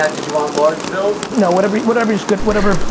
ah did you want large bills? no, whatever's whatever's good, whatever's